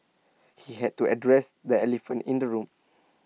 he had to address the elephant in the room